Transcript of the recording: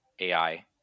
AI